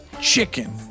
chicken